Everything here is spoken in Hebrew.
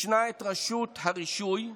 יש רשות הרישוי,